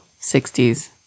60s